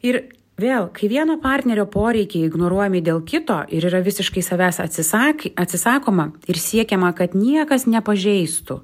ir vėl kai vieno partnerio poreikiai ignoruojami dėl kito ir yra visiškai savęs atsisak atsisakoma ir siekiama kad niekas nepažeistų